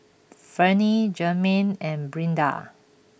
Vernie Jermain and Brinda